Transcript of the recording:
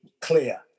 clear